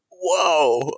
whoa